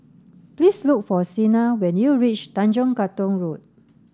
please look for Sina when you reach Tanjong Katong Road